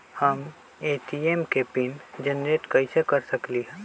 हम ए.टी.एम के pin generate कईसे कर सकली ह?